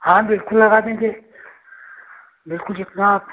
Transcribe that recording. हाँ बिलकुल लगा देंगे बिलकुल जितना आप